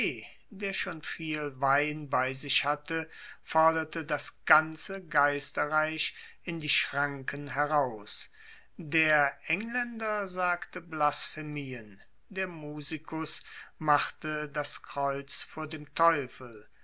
der schon viel wein bei sich hatte forderte das ganze geisterreich in die schranken heraus der engländer sagte blasphemien der musikus machte das kreuz vor dem teufel